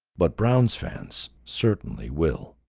but browns fans certainly will.